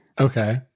Okay